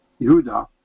Yehuda